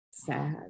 sad